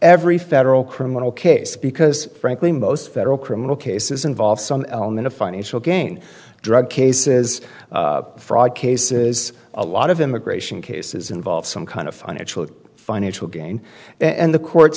every federal criminal case because frankly most federal criminal cases involve some element of financial gain drug case is fraud case is a lot of immigration cases involve some kind of financial financial gain and the court